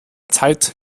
zeit